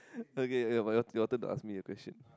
okay but your your turn to ask me a question